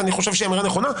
ואני חושב שהיא אמירה נכונה.